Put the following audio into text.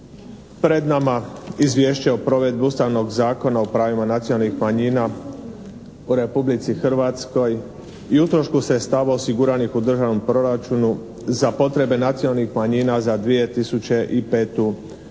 pred nama izvješće o provedbi Ustavnog zakona o pravima nacionalnih manjina u Republici Hrvatskoj i utrošku sredstava osiguranih u državnom proračunu za potrebe nacionalnih manjina za 2005. godinu.